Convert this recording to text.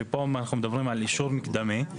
שפה אנחנו מדברים על אישור מקדמי.